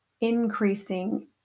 increasing